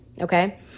okay